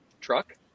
truck